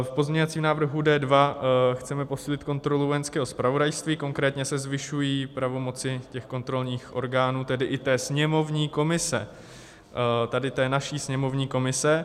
V pozměňovacím návrhu D2 chceme posílit kontrolu Vojenského zpravodajství, konkrétně se zvyšují pravomoci kontrolních orgánů, tedy i sněmovní komise, naší sněmovní komise.